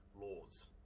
laws